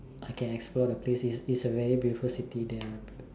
I can explore the place it's it's a very beautiful city there